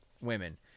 women